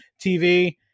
TV